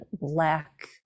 black